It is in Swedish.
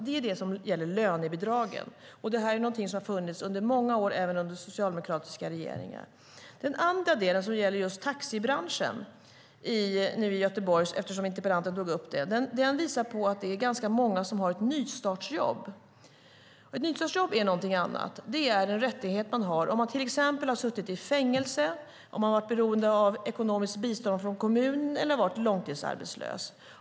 Detta gäller lönebidragen, och det är något som har funnits under många år, även under socialdemokratiska regeringar. Den andra delen gäller just taxibranschen i Göteborg, som interpellanten tog upp. Den visar på att ganska många har ett nystartsjobb. Ett nystartsjobb är något annat. Det är en rättighet som man har om man till exempel har suttit i fängelse, om man har varit beroende av ekonomiskt bistånd från kommunen eller har varit långtidsarbetslös.